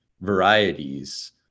varieties